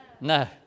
No